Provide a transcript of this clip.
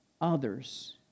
others